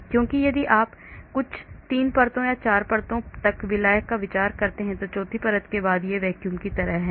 क्योंकि यदि आप कुछ 3 परतों या 4 परतों तक विलायक पर विचार करते हैं तो चौथी परत के बाद यह वैक्यूम की तरह है